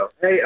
Hey